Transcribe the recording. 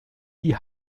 die